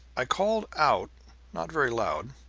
i called out not very loud,